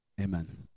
Amen